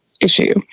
issue